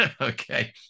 Okay